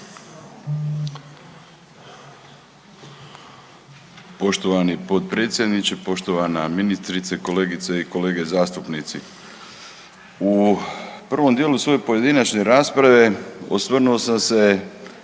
Poštovani potpredsjedniče, poštovana ministrice, kolegice i kolege zastupnici. U prvom dijelu svoje pojedinačne rasprave osvrnuo sam se